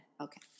okay